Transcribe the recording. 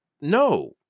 No